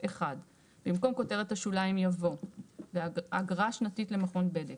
- במקום כותרת השוליים יבוא "אגרה שנתית למכון בדק".